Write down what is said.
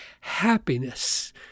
happiness